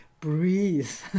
breathe